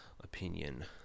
opinion